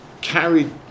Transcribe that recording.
carried